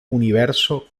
universo